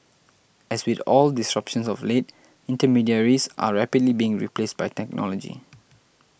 as with all disruptions of late intermediaries are rapidly being replaced by technology